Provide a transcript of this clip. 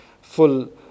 full